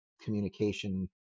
communication